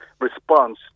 response